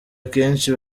akenshi